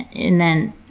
and then,